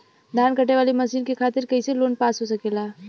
धान कांटेवाली मशीन के खातीर कैसे लोन पास हो सकेला?